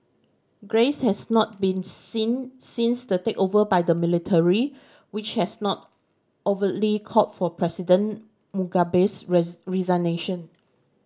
grace has not been seen since the takeover by the military which has not overtly called for President Mugabe's resignation